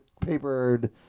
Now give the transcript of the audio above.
papered